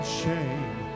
shame